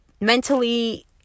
mentally